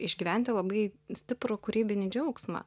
išgyventi labai stiprų kūrybinį džiaugsmą